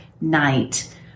Night